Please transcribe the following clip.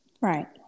right